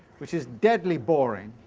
which is deadly boring.